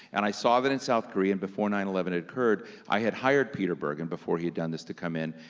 and i saw that in south korea and before nine eleven occurred, i had hired peter bergen before he had done this to come in,